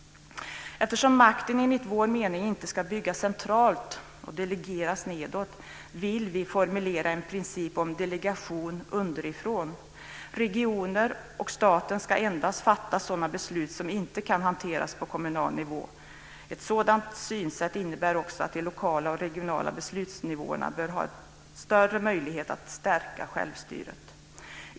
Eftersom makten enligt vår mening inte ska byggas centralt och delegeras nedåt, vill vi formulera en princip om delegation underifrån. Regioner och staten ska endast fatta sådana beslut som inte kan hanteras på kommunal nivå. Ett sådant synsätt innebär också att de lokala och regionala beslutsnivåerna bör ha större möjlighet att stärka självstyret.